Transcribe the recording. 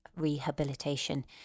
Rehabilitation